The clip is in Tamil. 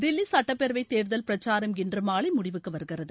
தில்லி சட்டப்பேரவை தேர்தல் பிரசாரம் இன்று மாலை முடிவுக்கு வருகிறது